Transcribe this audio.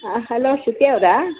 ಹಾಂ ಹಲೋ ಶ್ರುತಿ ಅವರಾ